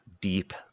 deep